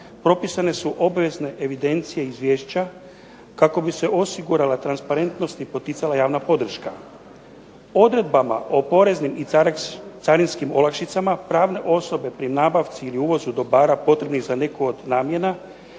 propisane su obavezne evidencije i izvješća kako bi se osigurala transparentnost i poticala javna podrška. Odredbama o poreskim i carinskim olakšicama pravne osobe pri nabavci ili uvozu dobara potrebnih za neku od namjena